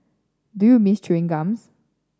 do you miss chewing gums